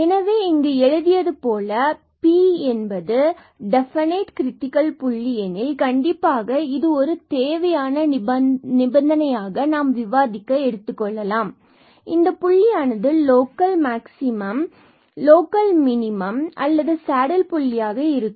எனவே இங்கு எழுதியது போல Pab டெஃபனைட் கிரிட்டிக்கல் புள்ளி எனில் கண்டிப்பாக இது ஒரு தேவையான நிபந்தனையாக நாம் விவாதிக்க எடுத்துக்கொள்ளலாம் இந்த புள்ளியானது லோக்கல் மேக்ஸிமம் மினிமம் அல்லது சேடில் புள்ளியாக இருக்கும்